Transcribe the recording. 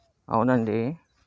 అవునండి